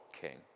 king